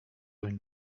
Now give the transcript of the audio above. une